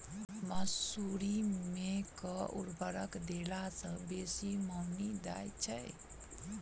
मसूरी मे केँ उर्वरक देला सऽ बेसी मॉनी दइ छै?